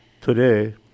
today